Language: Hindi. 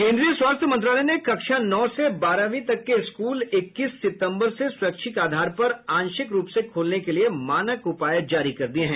केन्द्रीय स्वास्थ्य मंत्रालय ने कक्षा नौ से बारहवीं तक के स्कूल इक्कीस सितंबर से स्वैच्छिक आधार पर आंशिक रूप से खोलने के लिए मानक उपाय जारी कर दिए हैं